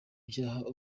byaha